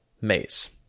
maze